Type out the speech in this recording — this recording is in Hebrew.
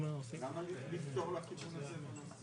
למה לפתור לכיוון הזה?